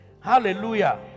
Hallelujah